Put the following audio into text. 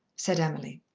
said emily.